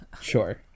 Sure